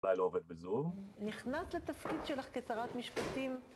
אולי לא עובד בזום? נכנעת לתפקיד שלך כשרת משפטים